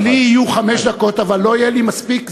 לי יהיו חמש דקות, אבל לא יהיה לי מספיק זמן,